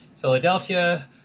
Philadelphia